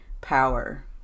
power